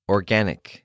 Organic